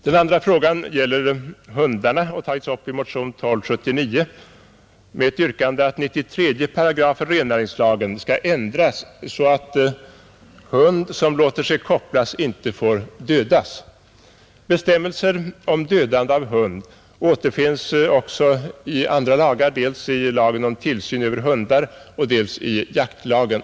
Den andra frågan gäller hundarna och har tagits upp i motionen 1279 med yrkande att 93 § rennäringslagen skall ändras, så att hund som låter sig kopplas inte får dödas. Bestämmelser om dödande av hund återfinns också i andra lagar — dels i lagen om tillsyn över hundar, dels i jaktlagen.